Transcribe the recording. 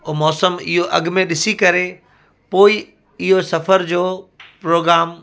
उहो मौसमु इहो अॻु में ॾिसी करे पोइ ई इहो सफ़र जो प्रोग्राम